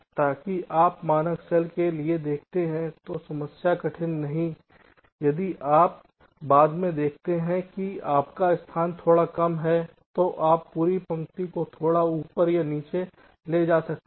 यदि आप मानक सेल के लिए देखते हैं तो समस्या कठिन नहीं है यदि आप बाद में देखते हैं कि आपका स्थान थोड़ा कम है तो आप पूरी पंक्ति को थोड़ा ऊपर या नीचे ले जा सकते हैं